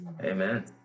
amen